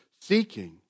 seeking